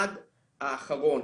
עד האחרון.